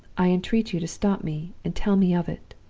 i entreat you to stop me, and tell me of it